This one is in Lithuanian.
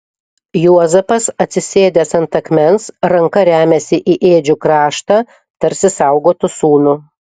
juozapas atsisėdęs ant akmens ranka remiasi į ėdžių kraštą tarsi saugotų sūnų